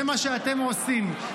זה מה שאתם עושים,